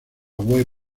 web